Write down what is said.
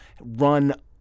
run